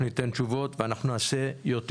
אנחנו ניתן תשובות ואנחנו נעשה יותר.